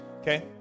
Okay